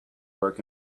work